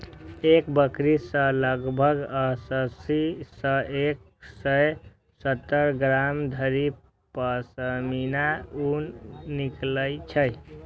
एक बकरी सं लगभग अस्सी सं एक सय सत्तर ग्राम धरि पश्मीना ऊन निकलै छै